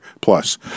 plus